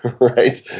right